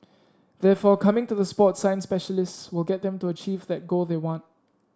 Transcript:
therefore coming to the sport science specialists will get them to achieve that goal they want